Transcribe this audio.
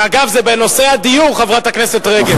אגב, זה בנושא הדיור, חברת הכנסת רגב.